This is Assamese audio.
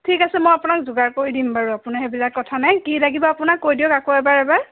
ঠিক আছে মই আপোনাক যোগাৰ কৰি দিম বাৰু আপুনি সেইবিলাক কথা নাই কি লাগিব আপোনাক কৈ দিয়ক আকৌ এবাৰ এবাৰ